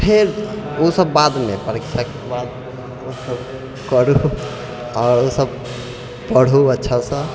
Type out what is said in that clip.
फेर ओसब बादमे परीक्षाके बाद ओसब करू आओर ओसब पढू अच्छासँ